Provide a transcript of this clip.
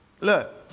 look